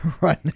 Right